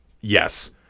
yes